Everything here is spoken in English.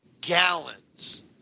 gallons